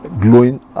glowing